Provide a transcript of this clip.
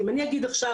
ולכן ננקה לו,